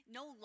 no